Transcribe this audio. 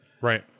right